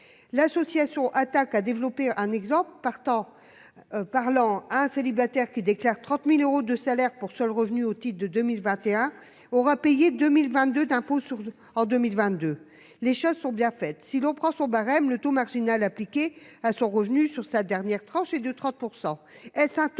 L'association Attac a développé l'exemple suivant : un célibataire qui déclare 30 000 euros de salaire pour seuls revenus au titre de 2021 aura payé 2 022 euros d'impôts en 2022. Les choses sont bien faites : si l'on prend son barème, le taux marginal appliqué à son revenu sur sa dernière tranche est de 30 %.